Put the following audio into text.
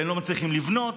והם לא מצליחים לבנות,